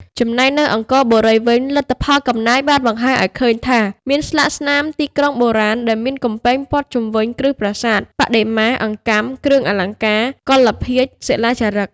ចំណែកនៅអង្គរបុរីវិញ លទ្ធផលកំណាយបានបង្ហាញឱ្យឃើញថាមានស្លាកស្នាម ទីក្រុងបុរាណ ដែលមានកំពែងព័ទ្ធជុំវិញគ្រឹះប្រាសាទ បដិមា អង្កាំ គ្រឿងអលង្ការ កុលាលភាជន៍ សិលាចារឹក។